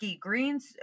greens